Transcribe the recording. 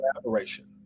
collaboration